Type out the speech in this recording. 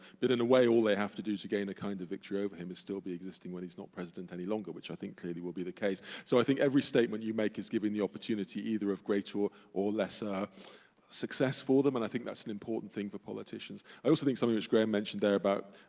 but in a way, all they have to do to gain a kind of victory over him is still be existing when he's not president any longer, which i think clearly will be the case, so i think every statement you make is giving the opportunity either of greater or lesser success for them, and i think that's an important thing for politicians. i also think something which graeme mentioned there about,